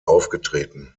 aufgetreten